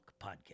Podcast